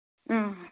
اۭں